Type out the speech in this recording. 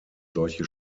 solche